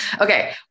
Okay